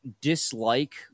dislike